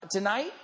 Tonight